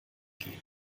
gehen